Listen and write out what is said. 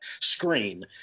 screen